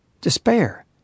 despair